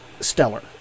stellar